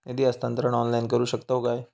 निधी हस्तांतरण ऑनलाइन करू शकतव काय?